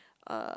uh